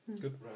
good